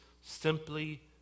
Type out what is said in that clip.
simply